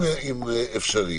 אם אפשרי,